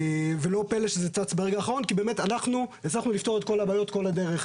ולא פלא שזה צץ ברגע האחרון כי באמת הצלחנו לפתור את כל הבעיות כל הדרך,